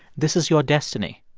this is your destiny.